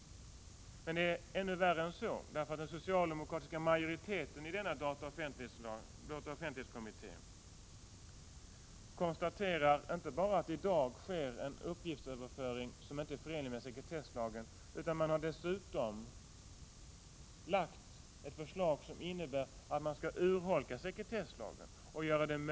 Men det är ännu värre än så. Den socialdemokratiska majoriteten i denna dataoch offentlighetskommitté inte bara konstaterar att det i dag sker en uppgiftsöverföring, som inte är förenlig med sekretesslagen, utan har dessutom lagt ett förslag, som innebär att man skall urholka sekretesslagen och göra det — Prot.